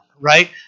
right